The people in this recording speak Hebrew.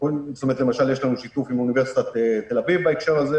יש לנו שיתוף עם אוניברסיטת תל-אביב בהקשר הזה.